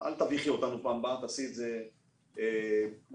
אל תביכי אותנו בפעם הבאה, תעשי את זה כפי שצריך.